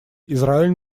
израиль